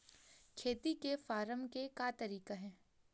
खेती से फारम के का तरीका हे?